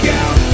out